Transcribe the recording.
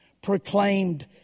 Proclaimed